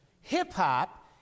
Hip-hop